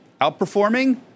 outperforming